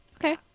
Okay